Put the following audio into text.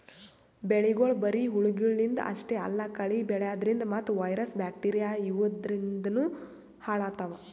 ಬೆಳಿಗೊಳ್ ಬರಿ ಹುಳಗಳಿಂದ್ ಅಷ್ಟೇ ಅಲ್ಲಾ ಕಳಿ ಬೆಳ್ಯಾದ್ರಿನ್ದ ಮತ್ತ್ ವೈರಸ್ ಬ್ಯಾಕ್ಟೀರಿಯಾ ಇವಾದ್ರಿನ್ದನೂ ಹಾಳಾತವ್